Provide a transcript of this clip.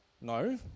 No